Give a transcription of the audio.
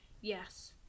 yes